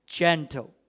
gentle